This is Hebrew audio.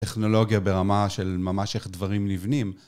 טכנולוגיה ברמה של ממש איך דברים נבנים.